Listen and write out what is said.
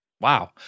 Wow